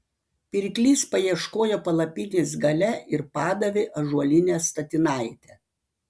pirklys paieškojo palapinės gale ir padavė ąžuolinę statinaitę